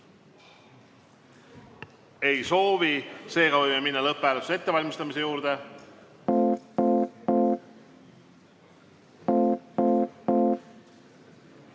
Ei soovi. Seega võime minna lõpphääletuse ettevalmistamise juurde.